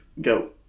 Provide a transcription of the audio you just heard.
go